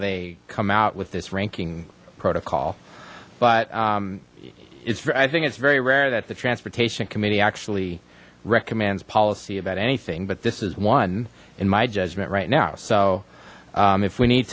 they come out with this ranking protocol but i think it's very rare that the transportation committee actually recommends policy about anything but this is one in my judgment right now so if we need